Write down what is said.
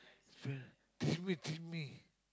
friend teach me teach me